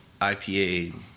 IPA